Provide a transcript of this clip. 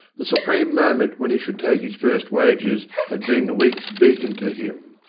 the supreme moment when he should take his first wages had been the week's beacon to him,